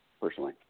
personally